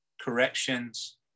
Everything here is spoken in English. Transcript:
corrections